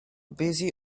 busy